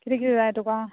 कितें कितें जाय तुका